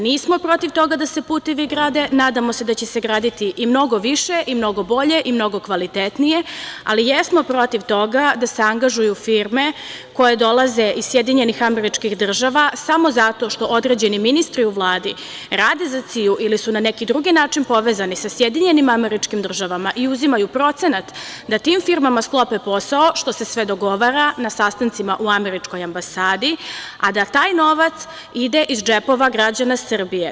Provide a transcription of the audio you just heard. Nismo protiv toga da se putevi grade, nadamo se da će se graditi mnogo više, mnogo bolje i kvalitetnije, ali jesmo protiv toga da se angažuju firme koje dolaze iz SAD samo zato što određeni ministri u Vladi rade za CIA ili su na neki drugi način povezani sa SAD i uzimaju procenat da tim firmama sklope posao, što se sve dogovara na sastancima u Američkoj ambasadi, a da taj novac ide iz džepova građana Srbije.